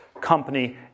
company